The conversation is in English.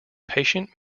patient